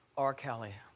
r. kelly.